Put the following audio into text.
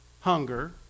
hunger